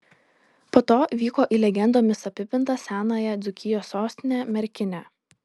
po to vyko į legendomis apipintą senąją dzūkijos sostinę merkinę